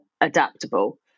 adaptable